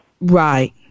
Right